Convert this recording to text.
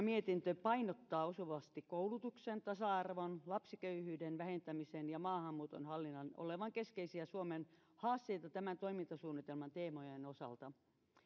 mietintö painottaa osuvasti koulutuksen tasa arvon lapsiköyhyyden vähentämisen ja maahanmuuton hallinnan olevan keskeisiä suomen haasteita tämän toimintasuunnitelman teemojen osalta